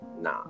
nah